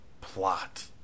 plot